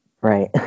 Right